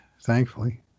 Thankfully